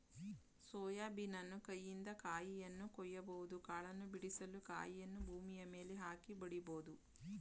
soya ಬೀನನ್ನು ಕೈಯಿಂದ ಕಾಯಿಯನ್ನು ಕೊಯ್ಯಬಹುದು ಕಾಳನ್ನು ಬಿಡಿಸಲು ಕಾಯಿಯನ್ನು ಭೂಮಿಯ ಮೇಲೆ ಹಾಕಿ ಬಡಿಬೋದು